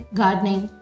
gardening